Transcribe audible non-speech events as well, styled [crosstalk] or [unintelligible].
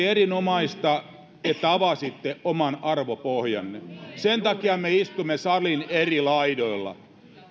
[unintelligible] erinomaista että avasitte oman arvopohjanne sen takia me istumme salin eri laidoilla